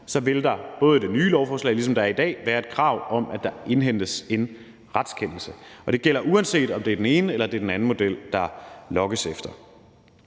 både ifølge det nye lovforslag og i henhold til reglerne i dag, vil være et krav om, at der indhentes en retskendelse, og det gælder, uanset om det er den ene eller den anden model, der logges efter.